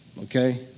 okay